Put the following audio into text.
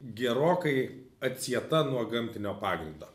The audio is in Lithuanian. gerokai atsieta nuo gamtinio pagrindo